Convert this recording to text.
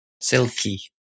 Silky